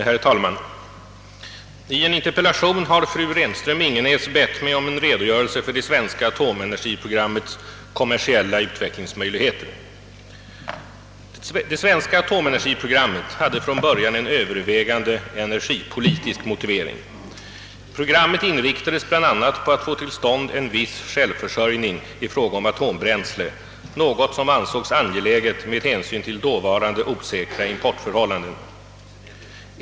Herr talman! I en interpellation har fru Renström-Ingenäs bett mig om en redogörelse för det svenska atomenergiprogrammets kommersiella utvecklingsmöjligheter. Det svenska atomenergiprogrammet hade från början en övervägande energipolitisk motivering. Programmet inriktades bl.a. på att få till stånd en viss självförsörjning i fråga om atombränsle, något som ansågs angeläget med hänsyn till dåvarande osäkra importförhållanden.